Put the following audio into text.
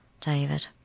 David